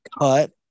cut